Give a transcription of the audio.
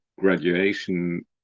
graduation